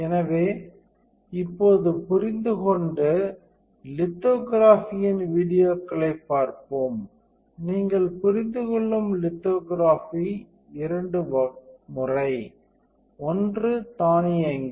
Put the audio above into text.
எனவே இப்போது புரிந்துகொண்டு லித்தோகிராஃபியின் வீடியோக்களை பார்ப்போம் நீங்கள் புரிந்துகொள்ளும் லித்தோகிராஃபி இரண்டு முறை ஒன்று தானியங்கி